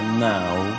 Now